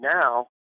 now